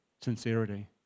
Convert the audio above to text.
sincerity